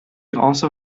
also